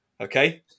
okay